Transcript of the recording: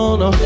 no